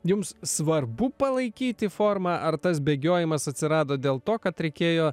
jums svarbu palaikyti formą ar tas bėgiojimas atsirado dėl to kad reikėjo